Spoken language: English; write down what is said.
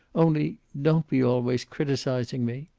only don't be always criticizing me.